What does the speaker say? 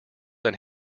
than